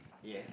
yes